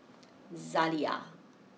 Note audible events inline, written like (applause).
(noise) Zalia